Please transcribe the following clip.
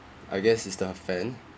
I guess is the fan